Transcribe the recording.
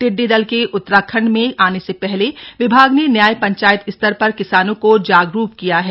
टिडडी दल के उत्तराखंड में आने से पहले विभाग ने न्याय पंचायत स्तर पर किसानों को जागरूक किया है